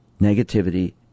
negativity